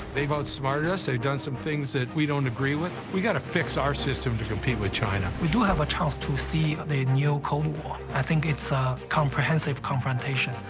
they've outsmarted us. they've done some things that we don't agree with. we've got to fix our system to compete with china. we do have a chance to see the new cold war. i think it's a comprehensive confrontation.